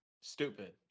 Stupid